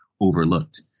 overlooked